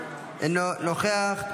אינו נוכח,